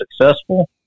successful